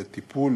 לטיפול